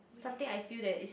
something I feel that is